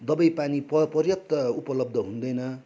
दबाईपानी पर पर्याप्त उपलब्ध हुँदैन